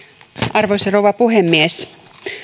arvoisa rouva puhemies